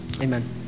Amen